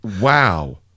Wow